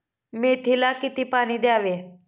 मेथीला किती पाणी द्यावे?